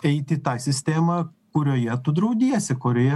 eit į tą sistemą kurioje tu draudiesi kurioje